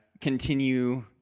continue